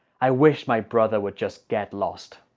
i wish my brother would just get lost!